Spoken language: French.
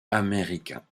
américains